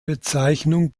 bezeichnung